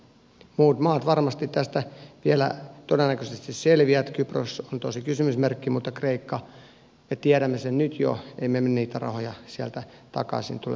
muut maat varmasti tästä vielä todennäköisesti selviävät kypros on tosin kysymysmerkki mutta kreikasta me tiedämme jo nyt sen että emme me niitä rahoja sieltä takaisin tule saamaan